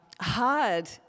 hard